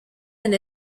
and